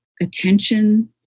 attention